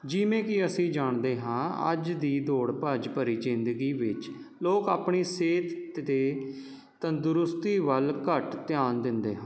ਜਿਵੇਂ ਕਿ ਅਸੀਂ ਜਾਣਦੇ ਹਾਂ ਅੱਜ ਦੀ ਦੌੜ ਭੱਜ ਭਰੀ ਜ਼ਿੰਦਗੀ ਵਿੱਚ ਲੋਕ ਆਪਣੀ ਸਿਹਤ ਅਤੇ ਤੰਦਰੁਸਤੀ ਵੱਲ ਘੱਟ ਧਿਆਨ ਦਿੰਦੇ ਹਨ